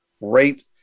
rate